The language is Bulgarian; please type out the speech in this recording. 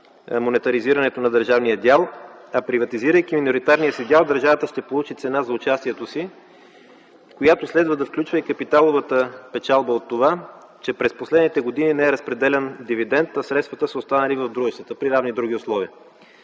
монeтаризирането на държавния дял, а приватизирайки миноритарния си дял държавата ще получи цена за участието си, която следва да включва и капиталовата печалба от това, че през последните години не е разпределян дивидент, а средствата са останали в дружествата при равни други условия.